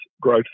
growth